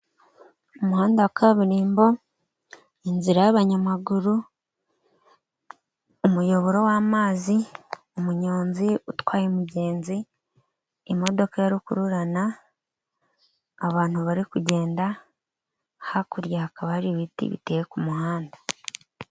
Umuhanda wa kaburimbo, inzira y'abanyamaguru, umuyoboro w'amazi, umunyonzi utwaye umugenzi, imodoka ya rukururana, abantu bari kugenda, hakurya hakaba hari ibiti biteye ku muhanda.